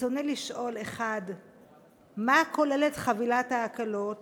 רצוני לשאול: 1. מה כוללת חבילת ההקלות